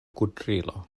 kudrilo